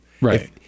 Right